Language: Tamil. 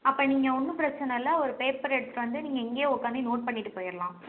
அப்போ நீங்கள் ஒன்றும் பிரச்சனை இல்லை ஒரு பேப்பர் எடுத்துகிட்டு வந்து நீங்கள் இங்கேயே உக்கார்ந்து நோட் பண்ணிகிட்டு போயிடலாம்